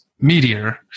Meteor